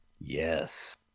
Yes